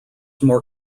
more